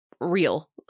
real